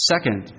Second